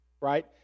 right